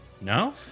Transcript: No